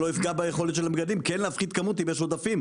שלא ייפגע ביכולת המגדלים להפחית כמות אם יש עודפים,